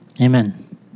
Amen